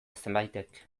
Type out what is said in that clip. zenbaitek